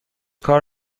کار